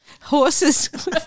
horses